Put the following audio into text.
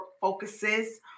focuses